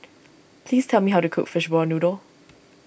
please tell me how to cook Fishball Noodle